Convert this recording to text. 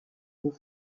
roue